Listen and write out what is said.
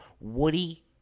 Woody